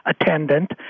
attendant